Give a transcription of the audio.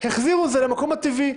החזירו את זה למקום הטבעי,